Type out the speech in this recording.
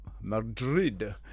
Madrid